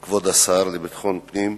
גברתי היושבת-ראש, כבוד השר לביטחון פנים,